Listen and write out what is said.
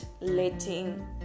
letting